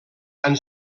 han